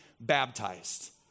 baptized